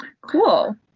Cool